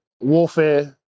warfare